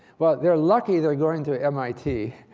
well, they're lucky they're going to mit,